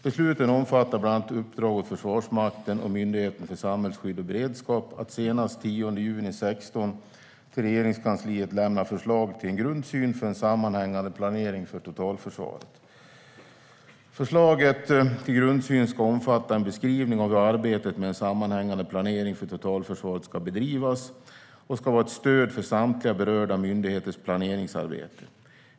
Besluten omfattar bland annat uppdrag åt Försvarsmakten och Myndigheten för samhällsskydd och beredskap att senast den 10 juni 2016 till Regeringskansliet lämna förslag till en grundsyn för en sammanhängande planering för totalförsvaret. Förslaget till grundsyn ska omfatta en beskrivning av hur arbetet med en sammanhängande planering för totalförsvaret ska bedrivas och ska vara ett stöd för samtliga berörda myndigheters planeringsarbete.